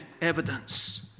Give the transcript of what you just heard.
evidence